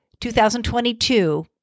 2022